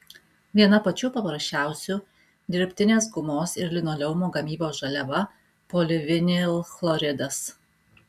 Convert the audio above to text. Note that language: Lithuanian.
viena pačių paprasčiausių dirbtinės gumos ir linoleumo gamybos žaliava polivinilchloridas